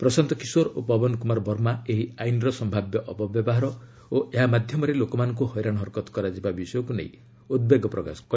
ପ୍ରଶାନ୍ତ କିଶୋର ଓ ପୱନ୍ କୁମାର ବର୍ମା ଏହି ଆଇନର ସମ୍ଭାବ୍ୟ ଅପବ୍ୟବହାର ଓ ଏହା ମାଧ୍ୟମରେ ଲୋକମାନଙ୍କ ହଇରାଣ ହରକତ କରାଯିବା ବିଷୟକୁ ନେଇ ଉଦ୍ବେଗ ପ୍ରକାଶ କରିଥିଲେ